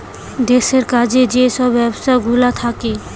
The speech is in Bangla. দেশের কাজে যে সব ব্যবস্থাগুলা থাকে